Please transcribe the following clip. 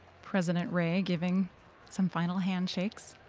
president ray giving some final handshakes.